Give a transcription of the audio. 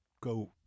go